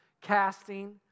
casting